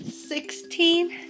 sixteen